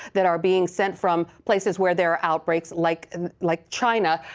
that are being sent from places where their outbreaks, like like china,